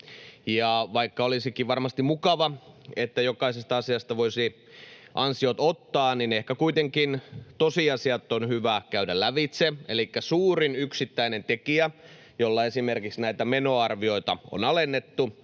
Vaikka olisikin varmasti mukavaa, että jokaisesta asiasta voisi ansiot ottaa, niin ehkä kuitenkin tosiasiat on hyvä käydä lävitse. Elikkä suurin yksittäinen tekijä, jolla esimerkiksi näitä menoarvioita on alennettu,